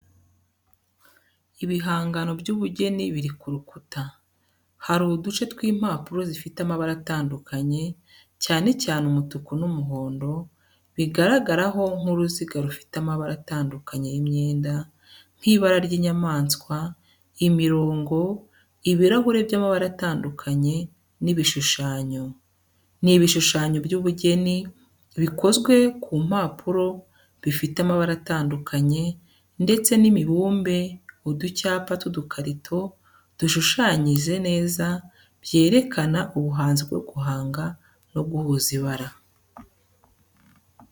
Ibihangano by’ubugeni biri ku rukuta. Hari uduce tw’impapuro zifite amabara atandukanye, cyane cyane umutuku n’umuhondo, bigaragaraho nk'uruziga rufite amabara atandukanye y’imyenda nk'ibara ry’inyamanswa, imirongo, ibirahure by’amabara atandukanye, n’ibishushanyo. Ni ibishushanyo by’ubugeni bikozwe ku mpapuro bifite amabara atandukanye ndetse n’imibumbe uducyapa tw’udukarito dushushanyije neza byerekana ubuhanzi bwo guhanga no guhuza ibara.